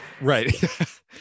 Right